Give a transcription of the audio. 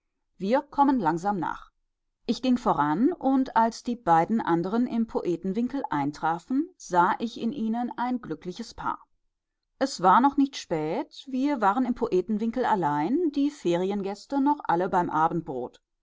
wir kommen langsam nach ich ging voran und als die beiden anderen im poetenwinkel eintrafen sah ich in ihnen ein glückliches paar es war noch nicht spät wir waren im poetenwinkel allein die feriengäste noch alle beim abendbrot